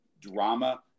drama